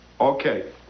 Okay